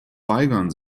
weigern